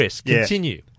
Continue